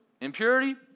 Impurity